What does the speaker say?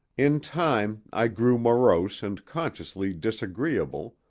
in time i grew morose and consciously disagreeable,